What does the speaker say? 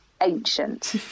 ancient